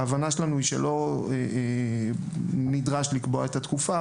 ההבנה שלנו היא שלא נדרש לקבוע את התקופה,